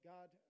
God